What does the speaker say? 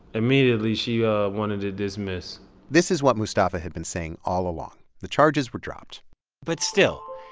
immediately, she ah wanted to dismiss this is what mustafa had been saying all along. the charges were dropped but still,